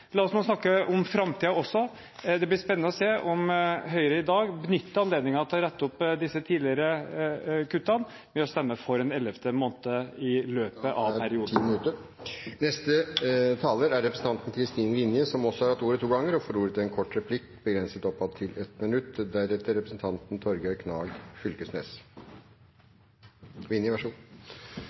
La oss nå snakke om framtiden også. Det blir spennende å se om Høyre i dag benytter anledningen til å rette opp disse tidligere kuttene ved å stemme for en ellevte måned i løpet av perioden. Representanten Kristin Vinje har hatt ordet to ganger tidligere og får ordet til en kort merknad, begrenset til 1 minutt. Det er artig å høre filosof Knag Fylkesnes